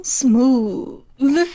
smooth